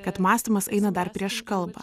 kad mąstymas eina dar prieš kalbą